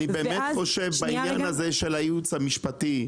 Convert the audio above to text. אני באמת חושב בעניין הזה של הייעוץ המשפטי,